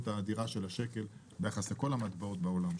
האדירה של השקל ביחס לכל המטבעות בעולם,